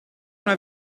una